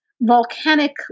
volcanic